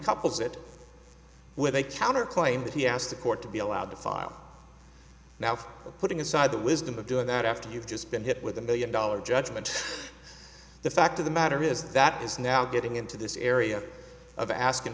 couples that with a counter claim that he asked the court to be allowed to file now putting aside the wisdom of doing that after you've just been hit with a million dollar judgment the fact of the matter is that is now getting into this area of asking